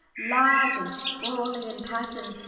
large and sprawly in pattern,